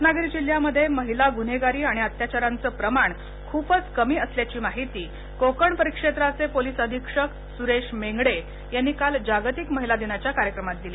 रत्नागिरी जिल्ह्यात महिला गुन्हेगारी आणि अत्याचारांचं प्रमाण खुपच कमी असल्याची माहिती कोकण परिक्षेत्राचे पोलीस अधीक्षक सुरेश मेंगडे यांनी काल जागतिक महिलादिनाच्या कार्यक्रमात दिली